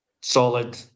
solid